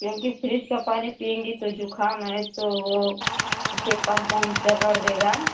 क्योंकि फ्रिज का पानी पियेगी तो जुखाम आये तो वो काम पाँव जकड़ देगा